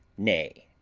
nay.